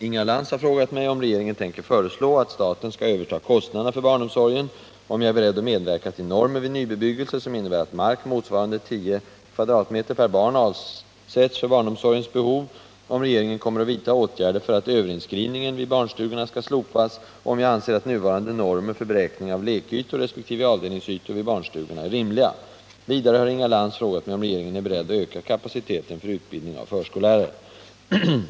Inga Lantz har frågat mig om regeringen tänker föreslå att staten skall överta kostnaderna för barnomsorgen, om jag är beredd att medverka till normer vid nybebyggelse som innebär att mark motsvarande 10 m? per barn avsätts för barnomsorgens behov, om regeringen kommer att vidta åtgärder för att överinskrivningen vid barnstugorna skall slopas och om jag anser att nuvarande normer för beräkning av lekytor resp. avdelningsytor vid barnstugorna är rimliga. Vidare har Inga Lantz frågat mig om regeringen är beredd att öka kapaciteten för utbildning av förskollärare.